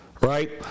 right